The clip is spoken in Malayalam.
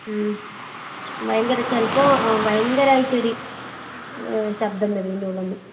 ഉം ഭയങ്കര ചിലപ്പോൾ ഭയങ്കരമായിട്ടൊരു ശബ്ദം വരും ഇതിന്റെയുള്ളിൽനിന്ന്